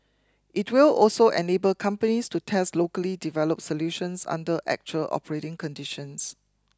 it will also enable companies to test locally developed solutions under actual operating conditions